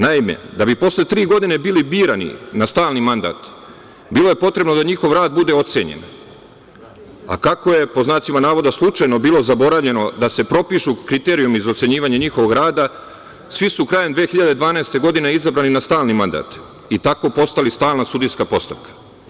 Naime, da bi posle tri godine bili birani na stalni mandat bilo je potrebno da njihov rad bude ocenjen, a kako je, pod znacima navoda, slučajno bilo zaboravljeno da se propišu kriterijumi za ocenjivanje njihovog rada, svi su krajem 2012. godine izabrani na stalni mandat i tako postali stalna sudijska postavka.